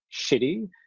shitty